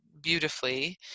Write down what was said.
beautifully